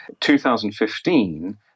2015